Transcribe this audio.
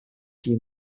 dhaka